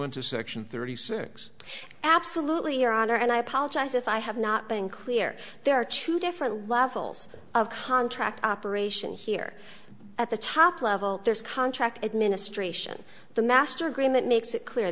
to section thirty six absolutely your honor and i apologize if i have not been clear there are two different levels of contract operation here at the top level there is contract administration the master agreement makes it clear